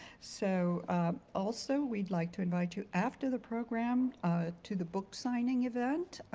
so also we'd like to invite you after the program to the book signing event.